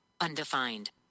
Undefined